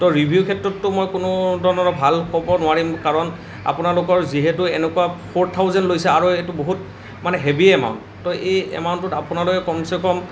তো ৰিভিউ ক্ষেত্ৰতটো মই কোনো ধৰণৰ ভাল ক'ব নোৱাৰিম কাৰণ আপোনালোকৰ যিহেতু এনেকুৱা ফৌৰ থাউজেণ্ড লৈছে আৰু এইটো বহুত মানে হেভী এমাউণ্ট তো এই এমাউণ্টটোত আপোনালোকে কমছে কম